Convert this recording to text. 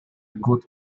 good